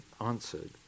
answered